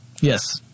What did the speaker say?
Yes